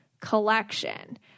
collection